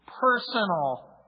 personal